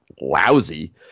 lousy